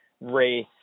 race